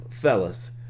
fellas